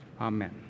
Amen